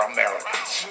Americans